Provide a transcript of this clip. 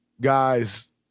guys